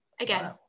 Again